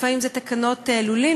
לפעמים זה תקנות לולים,